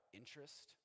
interest